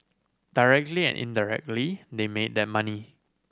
directly and indirectly they made that money